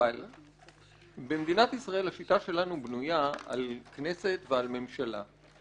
אבל במדינת ישראל השיטה שלנו בנויה על כנסת ועל ממשלה.